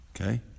okay